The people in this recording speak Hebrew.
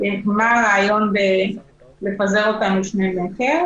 מה הרעיון לפזר אותנו עם מרחק 2 מטר?